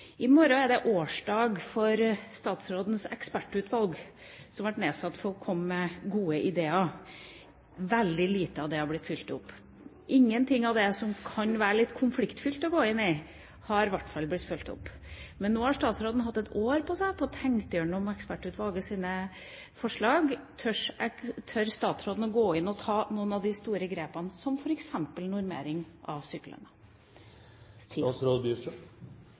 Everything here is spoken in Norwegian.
I morgen er det årsdag for statsrådens ekspertutvalg, som ble nedsatt for å komme med gode ideer. Veldig lite av det har blitt fulgt opp. Ingenting av det som kan være litt konfliktfylt å gå inn i, har i hvert fall blitt fulgt opp. Men nå har statsråden hatt ett år på seg til å tenke igjennom ekspertutvalgets forslag. Tør statsråden å gå inn og ta noen av de store grepene, som f.eks. normering av